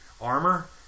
armor